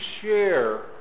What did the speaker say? share